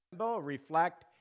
reflect